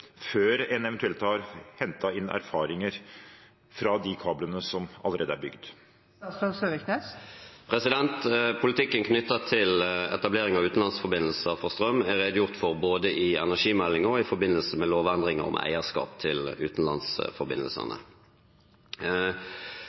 før slike erfaringer er høstet?» Politikken knyttet til etablering av utenlandsforbindelser for strøm er redegjort for både i energimeldingen og i forbindelse med lovendring om eierskap til utenlandsforbindelsene.